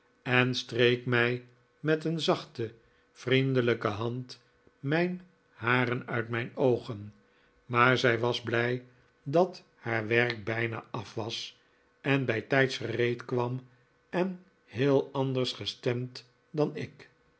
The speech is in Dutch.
en streek mij met een zachte vriendelijke hand mijn haren uit mijn oogen maar zij was blij dat haar werk bijna af was en bijtijds gereed kwarh en heel anders gestemd dan ik